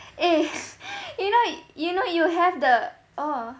eh you know you know you have the O_E_H